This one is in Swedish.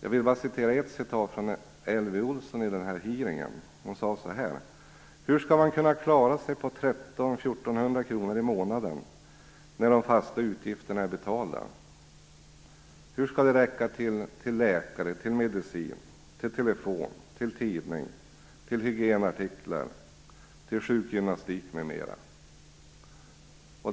Jag vill återge vad Elvy Olsson sade på hearingen: Hur skall man kunna klara sig på 1 300-1 400 kr i månaden när de fasta utgifterna är betalda? Hur skall det räcka till läkare, medicin, telefon, tidning, hygienartiklar, sjukgymnastik m.m.?